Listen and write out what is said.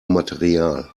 material